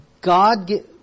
God